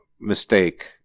mistake